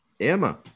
Emma